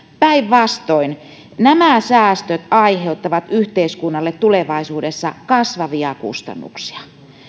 päinvastoin nämä säästöt aiheuttavat yhteiskunnalle tulevaisuudessa kasvavia kustannuksia